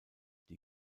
die